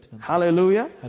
Hallelujah